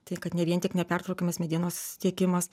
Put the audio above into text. tai kad ne vien tik nepertraukiamas medienos tiekimas